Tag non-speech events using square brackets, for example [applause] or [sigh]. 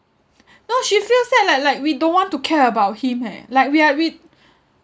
[noise] no she feels sad like like we don't want to care about him eh like we are we